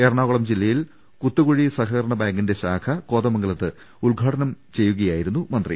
എറണാകുളം ജില്ലയിൽ കുത്തുകുഴി സഹകരണ ബാങ്കിന്റെ ശാഖ കോതമംഗലത്ത് ഉദ്ഘാടനം ചെയ്യുകയായിരുന്നു മന്ത്രി